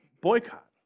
boycott